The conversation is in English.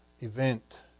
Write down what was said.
event